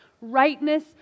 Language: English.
Rightness